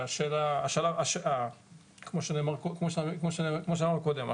כמו שאמרנו קודם,